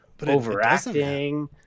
overacting